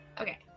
Okay